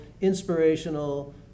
inspirational